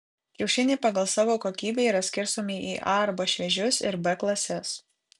kiaušiniai pagal savo kokybę yra skirstomi į a arba šviežius ir b klases